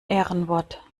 ehrenwort